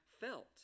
felt